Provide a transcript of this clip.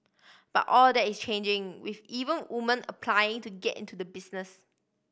but all that is changing with even women applying to get into the business